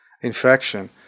infection